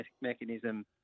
mechanism